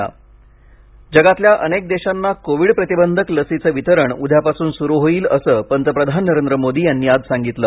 पंतप्रधान लस जगातल्या अनेक देशांना कोविड प्रतिबंधक लसींचं वितरण उद्यापासून सुरू होईल असं पंतप्रधान नरेंद्र मोदी यांनी आज सांगितलं